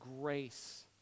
grace